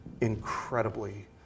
incredibly